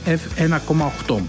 f1,8